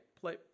Play